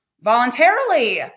voluntarily